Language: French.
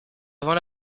avant